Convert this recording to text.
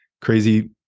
crazy